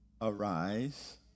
Arise